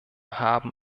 haben